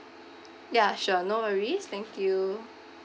ya sure no worries thank you